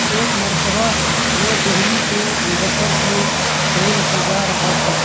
ایک مرتبہ میں دہلی سے مظفرپور ٹ رین سے جا رہا تھا